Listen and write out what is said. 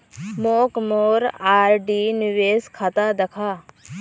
मोक मोर आर.डी निवेश खाता दखा